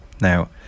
Now